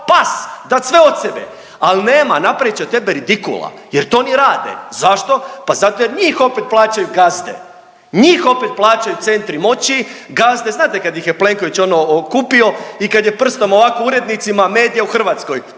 pas, dat sve od sebe al nema, napravit će od tebe ridikula, jer to oni rade, zašto? Pa zato jer njih opet plaćaju gazde, njih opet plaćaju centri moći, gazde, znate kad ih je Plenković ono okupio i kad je prstom ovako urednicima medija u Hrvatskoj